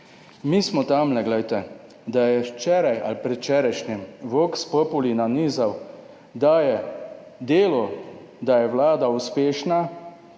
Mi smo tamle, glejte, da je včeraj ali predvčerajšnjim Vox populi nanizal, da je delo, da je Vlada uspešna,